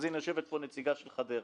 יושבת פה נציגה של חדרה.